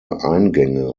eingänge